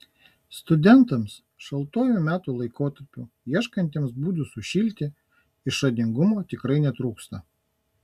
studentams šaltuoju metų laikotarpiu ieškantiems būdų sušilti išradingumo tikrai netrūksta